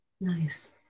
Nice